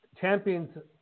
champions